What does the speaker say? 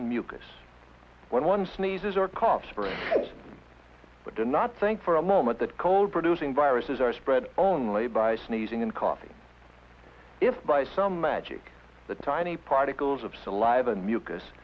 and mucus when one sneezes or coughs for it but do not think for a moment that cold producing viruses are spread only by sneezing and coughing if by some magic the tiny particles of saliva and mucus